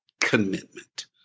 commitment